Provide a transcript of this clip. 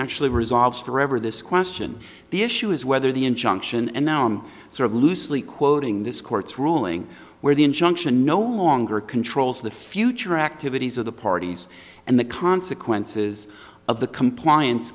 actually resolves forever this question the issue is whether the injunction and now i am sort of loosely quoting this court's ruling where the injunction no longer controls the future activities of the parties and the consequences of the compliance